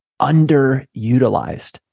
underutilized